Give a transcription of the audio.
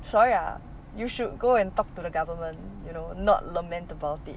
sorry ah you should go and talk to the government you know not lament about it